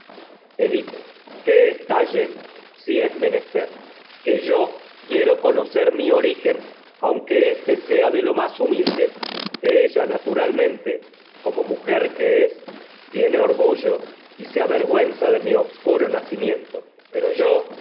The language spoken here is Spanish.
grandes males si es menester que yo quiero edipo que estallen conocer mi origen aunque éste sea de lo más humilde como ella naturalmente y mujer que es tiene orgullo se avergüenza me de mi obscuro nacimiento pero yo